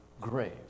grave